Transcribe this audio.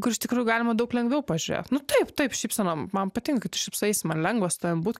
kur iš tikrųjų galima daug lengviau pažiūrėt nu taip taip šypsena man patink kai tu šypsaisi man lengva su tavim būt